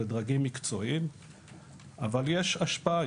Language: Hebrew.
זה דרגים מקצועיים אבל יש השפעה,